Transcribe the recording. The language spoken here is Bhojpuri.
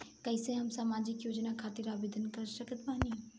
कैसे हम सामाजिक योजना खातिर आवेदन कर सकत बानी?